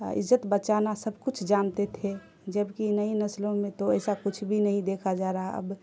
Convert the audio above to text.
عزت بچانا سب کچھ جانتے تھے جبکہ نئی نسلوں میں تو ایسا کچھ بھی نہیں دیکھا جا رہا اب